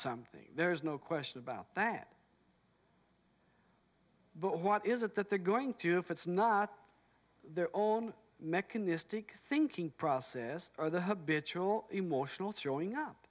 something there's no question about that but what is it that they're going through if it's not their own mechanistic thinking process or the habitual emotional throwing up